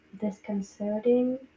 disconcerting